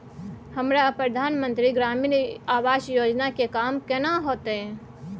हमरा प्रधानमंत्री ग्रामीण आवास योजना के काम केना होतय?